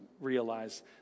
realize